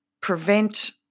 prevent